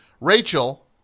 Rachel